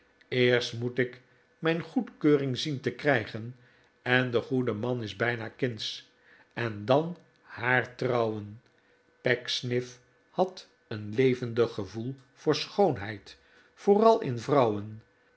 eerst moest ik zijn goedkeuring zien te krijgen en de goede man is bijna kindsch en dan haar trouwen pecksniff had een levendig gevoel voor schoonheid vooral in vrouwen